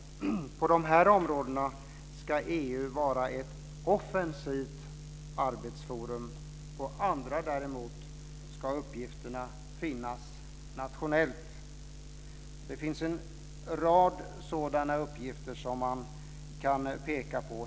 På de här områdena ska EU vara ett offensivt arbetsforum. På andra områden däremot ska uppgifterna finnas nationellt. Det finns en rad sådana uppgifter som man kan peka på.